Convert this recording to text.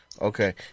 Okay